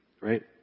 Right